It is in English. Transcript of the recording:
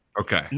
Okay